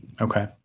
Okay